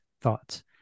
thoughts